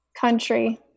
Country